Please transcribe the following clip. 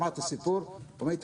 הוא שמע את הסיפור ואמר לי,